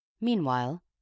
Meanwhile